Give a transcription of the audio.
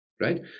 Right